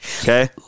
Okay